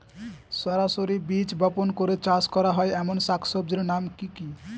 সরাসরি বীজ বপন করে চাষ করা হয় এমন শাকসবজির নাম কি কী?